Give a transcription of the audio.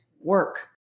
work